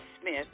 Smith